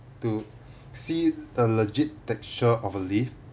to see a legit texture of a leaf